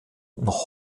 noch